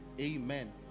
Amen